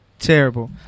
Terrible